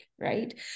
right